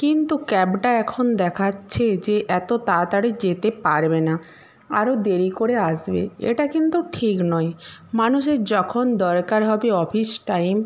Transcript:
কিন্তু ক্যাবটা এখন দেখাচ্ছে যে এত তাড়াতাড়ি যেতে পারবে না আরও দেরি করে আসবে এটা কিন্তু ঠিক নয় মানুষের যখন দরকার হবে অফিস টাইম